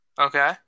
Okay